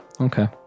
Okay